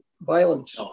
violence